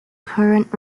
current